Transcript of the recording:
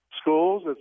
schools